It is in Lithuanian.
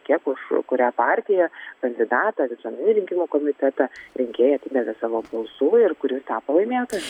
kiek už kurią partiją kandidatą visuomeninį rinkimų komitetą rinkėjai atidavė savo balsų ir kuris tapo laimėtoju